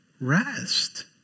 Rest